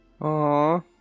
Aww